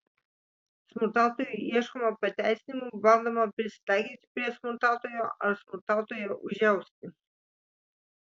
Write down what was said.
smurtautojui ieškoma pateisinimų bandoma prisitaikyti prie smurtautojo ar smurtautoją užjausti